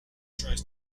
tries